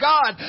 God